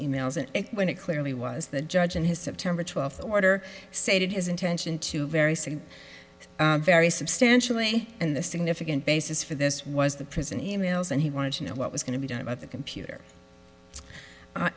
e mails and when it clearly was the judge in his september twelfth order stated his intention to very sick very substantially and the significant basis for this was the prison e mails and he wanted to know what was going to be done about the computer